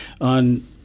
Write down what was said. on